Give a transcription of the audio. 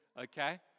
Okay